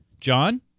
John